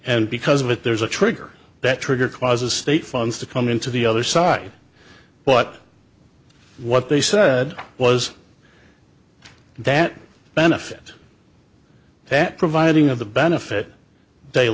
and because of it there's a trigger that trigger causes state funds to come into the other side but what they said was that benefit that providing of the benefit they